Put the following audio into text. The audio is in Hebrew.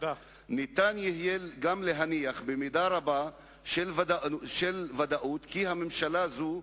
ניתן יהיה גם להניח במידה רבה של ודאות כי ממשלה זו,